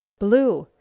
blue?